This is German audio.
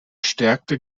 stärkte